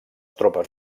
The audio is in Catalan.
tropes